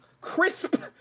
crisp